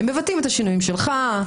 הם מבטאים את השינויים שלך.